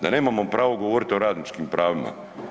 Da nemamo pravo govoriti o radničkim pravima.